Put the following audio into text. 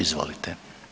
Izvolite.